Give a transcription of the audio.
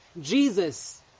Jesus